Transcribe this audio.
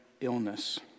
illness